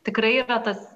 tikrai tas